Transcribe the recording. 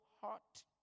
heart